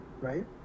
right